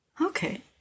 Okay